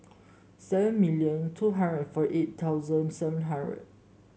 seven million two hundred forty eight thousand seven hundred